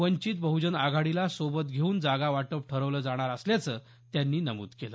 वंचित बहजन आघाडीला सोबत घेऊन जागा वाटप ठरवलं जाणार असल्याचं त्यांनी नमूद केलं